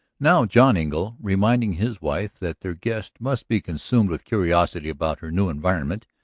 now john engle, reminding his wife that their guest must be consumed with curiosity about her new environment,